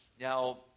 Now